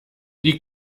die